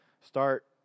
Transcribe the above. start